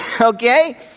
okay